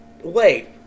Wait